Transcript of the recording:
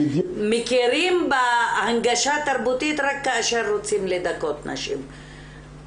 מכירים בהנגשה תרבותית רק כאשר רוצים לדכא נשים.